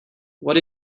what